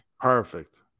Perfect